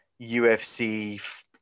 UFC